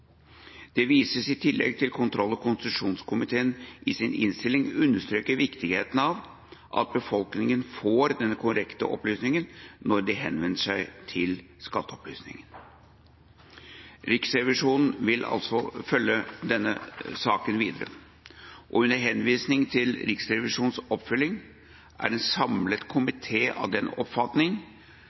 Det vises i tillegg til at kontroll- og konstitusjonskomiteen i sin innstilling understreket viktigheten av at befolkningen får korrekte opplysninger når de henvender seg til Skatteopplysningen.» Riksrevisjonen vil altså følge denne saken videre, og under henvisning til Riksrevisjonens oppfølging er en samlet komité av den oppfatning